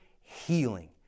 healing